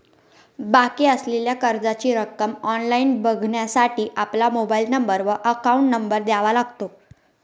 बाकी असलेल्या कर्जाची रक्कम ऑनलाइन बघण्यासाठी आपला मोबाइल नंबर व अकाउंट नंबर द्यावा लागतो